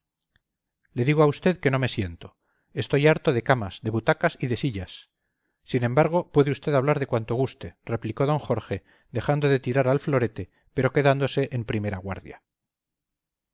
le digo a usted que no me siento estoy harto de camas de butacas y de sillas sin embargo puede usted hablar cuanto guste replicó d jorge dejando de tirar al florete pero quedándose en primera guardia